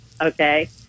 Okay